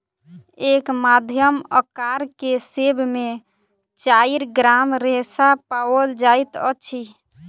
एक मध्यम अकार के सेब में चाइर ग्राम रेशा पाओल जाइत अछि